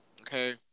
okay